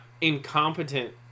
incompetent